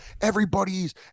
Everybody's